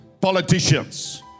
Politicians